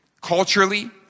culturally